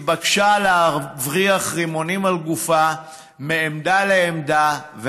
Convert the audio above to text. התבקשה להבריח רימונים על גופה מעמדה לעמדה,